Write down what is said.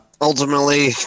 Ultimately